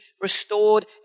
restored